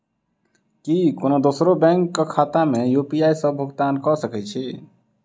की कोनो दोसरो बैंक कऽ खाता मे यु.पी.आई सऽ भुगतान कऽ सकय छी?